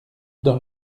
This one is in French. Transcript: dans